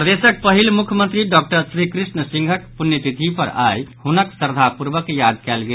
प्रदेशक पहिल मुख्यमंत्री डॉक्टर श्रीकृष्ण सिंहक प्रण्यतिथि पर आई हुनक श्रद्वापूर्ववक याद कयल गेल